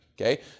Okay